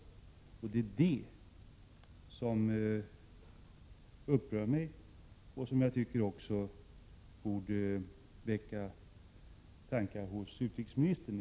Detta upprör mig och borde också väcka tankar iliknande riktning hos utrikesministern.